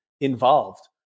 involved